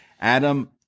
Adam